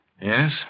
Yes